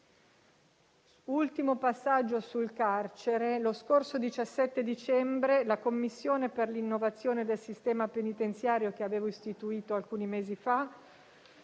Ultimo passaggio sul carcere: lo scorso 17 dicembre la Commissione per l'innovazione del sistema penitenziario che avevo istituito alcuni mesi fa